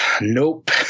Nope